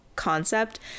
Concept